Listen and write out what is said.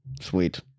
Sweet